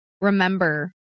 remember